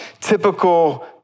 typical